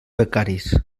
becaris